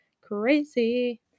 crazy